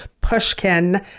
Pushkin